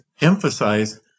emphasize